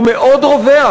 הוא מאוד רווח,